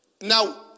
Now